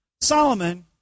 Solomon